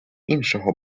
іншого